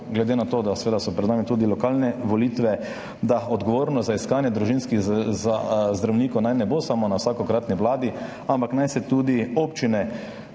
glede na to, da so pred nami tudi lokalne volitve, to, da odgovornost za iskanje družinskih zdravnikov naj ne bo samo na vsakokratni vladi, ampak naj se tudi občine